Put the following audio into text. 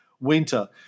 winter